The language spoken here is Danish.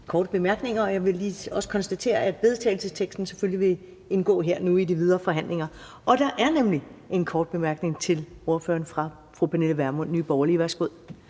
korte bemærkninger. Jeg vil også lige konstatere, at forslaget til vedtagelse selvfølgelig vil indgå i de videre forhandlinger. Der er en kort bemærkning til ordføreren fra Pernille Vermund, Nye Borgerlige. Værsgo.